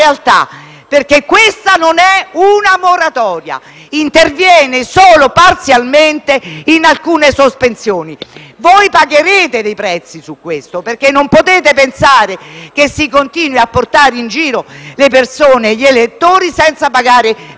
perché questa non è una moratoria. Interviene solo parzialmente su alcune sospensioni. Voi pagherete dei prezzi per questo, perché non potete pensare di continuare a portare in giro gli elettori senza pagare pegno.